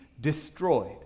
destroyed